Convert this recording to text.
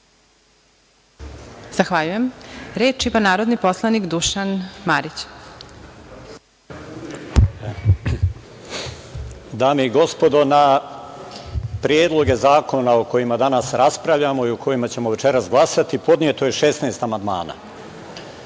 Zahvaljujem. Reč ima narodni poslanik Dušan Marić. **Dušan Marić** Dame i gospodo, na predloge zakona o kojima danas raspravljamo i o kojima ćemo večeras glasati podneto je 16 amandmana.